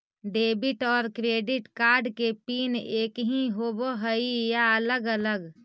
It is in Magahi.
डेबिट और क्रेडिट कार्ड के पिन एकही होव हइ या अलग अलग?